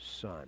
son